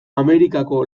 amerikako